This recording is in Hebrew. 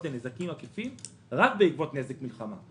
לנזקים עקיפים רק בעקבות נזק מלחמה.